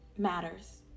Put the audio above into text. Matters